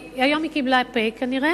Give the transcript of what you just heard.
היא עוד לא יצאה, היום היא קיבלה "פ/" כנראה.